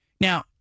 Now